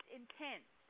intense